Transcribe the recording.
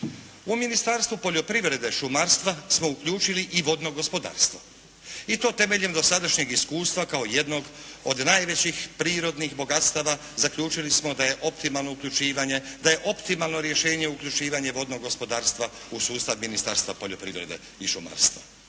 "U Ministarstvo poljoprivrede, šumarstva smo uključili i vodno gospodarstvo i to temeljem dosadašnjeg iskustva kao jednog od najvećih prirodnih bogatstava zaključili smo da je optimalno uključivanje, da je optimalno rješenje uključivanje vodnog gospodarstva u sustav Ministarstva poljoprivrede i šumarstva.